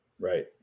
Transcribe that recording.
right